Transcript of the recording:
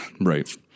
Right